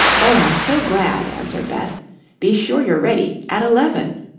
oh, i'm so glad, answered beth be sure you're ready at eleven.